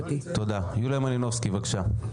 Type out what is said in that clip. יוליה מלינובסקי, בבקשה.